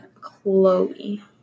Chloe